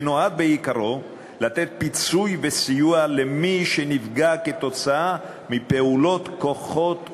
החוק נועד בעיקרו לתת פיצוי וסיוע למי שנפגע כתוצאה מפעולות כוחות אויב.